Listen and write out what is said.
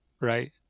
right